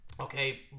Okay